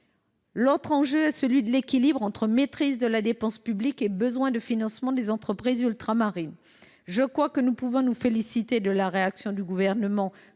second enjeu est celui de l’équilibre entre maîtrise de la dépense publique et besoin de financement des entreprises ultramarines. Nous pouvons nous féliciter de la réaction du Gouvernement consistant